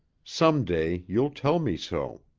some day you'll tell me so.